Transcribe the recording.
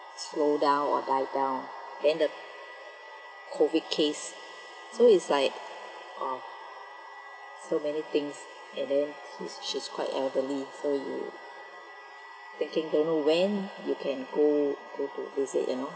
slow down or die down then the COVID case so it's like ah so many things and then she's quite elderly so you thinking don't know when you can go go to visit you know